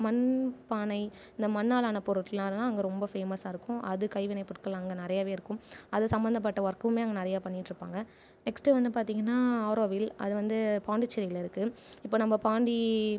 மண் பானை இந்த மண்ணாலான பொருட்கள்லாம் அங்கே ரொம்ப ஃபேமஸாக இருக்கும் அது கைவினை பொருட்கள்லாம் அங்கே நிறையாவே இருக்கும் அது சம்மந்தப்பட்ட ஒர்க்குமே அங்கே நிறையா பண்ணிட்டிருப்பாங்க நெக்ஸ்ட் வந்து பார்த்தீங்கன்னா ஆரோவில் அது வந்து பாண்டிச்சேரியில இருக்கு இப்போ நம்ப பாண்டி